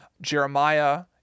Jeremiah